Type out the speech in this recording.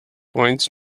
points